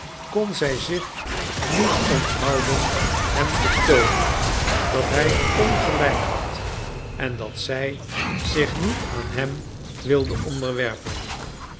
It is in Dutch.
kon zij zich niet onthouden hem te toonen dat hij ongelijk had en dat zij zich niet aan hem wilde onderwerpen